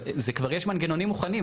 אבל זה כבר יש מנגנונים מוכנים.